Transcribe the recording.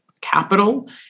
capital